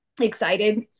excited